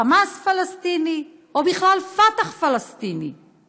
"חמאס" פלסטיני, או בכלל "פתח" פלסטיני.